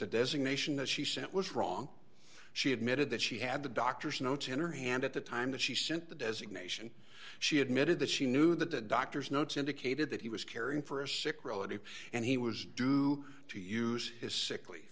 the designation that she sent was wrong she admitted that she had the doctor's notes in her hand at the time that she sent the designation she admitted that she knew that the doctor's notes indicated that he was caring for a sick relative and he was due to use his sick